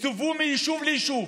הסתובבו מיישוב ליישוב,